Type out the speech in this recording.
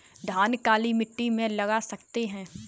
धान काली मिट्टी में लगा सकते हैं?